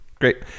great